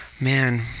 Man